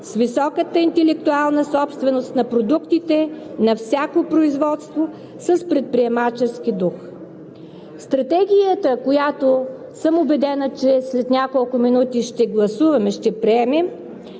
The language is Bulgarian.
с високата интелектуална собственост на продуктите на всяко производство с предприемачески дух. Стратегията, която съм убедена, че след няколко минути ще приемем,